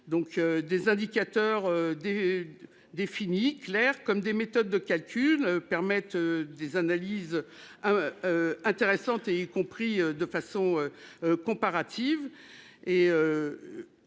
donc des indicateurs des. Définie, claire comme des méthodes de Calais. Tu permettent des analyses. Intéressantes et y compris de façon. Comparative